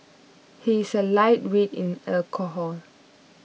he is a lightweight in alcohol